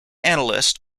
analyst